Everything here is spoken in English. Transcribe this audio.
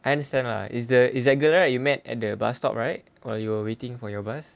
I understand lah is the is that girl right you met at the bus stop right while you're waiting for your bus